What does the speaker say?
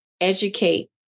educate